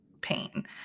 pain